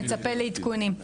נצפה לעדכונים.